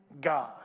God